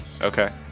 okay